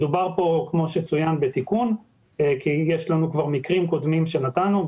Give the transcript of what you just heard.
כפי שצוין דובר כאן בתיקון כי יש לנו כבר מקרים קודמים שנתנו.